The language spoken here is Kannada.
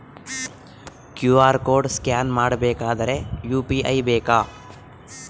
ಕ್ಯೂ.ಆರ್ ಕೋಡ್ ಸ್ಕ್ಯಾನ್ ಮಾಡಬೇಕಾದರೆ ಯು.ಪಿ.ಐ ಬೇಕಾ?